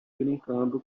brincando